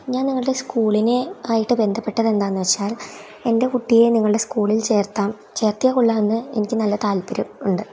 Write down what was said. ഞാൻ നിങ്ങളുടെ സ്കൂളിനെ ആയിട്ട് ബന്ധപ്പെട്ടത് എന്താണെന്ന് വച്ചാൽ എൻ്റെ കുട്ടിയെ നിങ്ങളുടെ സ്കൂളിൽ ചേർക്കാം ചേർത്തിയാൽ കൊള്ളാമെന്ന് എനിക്ക് നല്ല താൽപ്പര്യം ഉണ്ട്